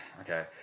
okay